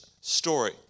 story